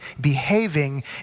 behaving